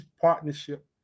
partnership